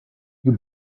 you